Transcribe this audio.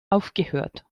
aufgehört